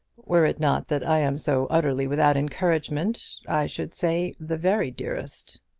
were it not that i am so utterly without encouragement, i should say the very dearest.